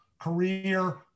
career